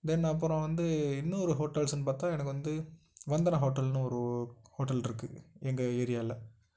தென் அப்புறம் வந்து இன்னொரு ஹோட்டல்ஸுன்னு பார்த்தா எனக்கு வந்து வந்தனா ஹோட்டல்னு ஒரு ஹோட்டல் இருக்குது எங்கள் ஏரியாவில்